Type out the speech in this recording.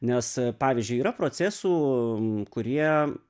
nes pavyzdžiui yra procesų kurie